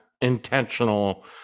intentional